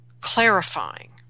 clarifying